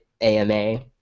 AMA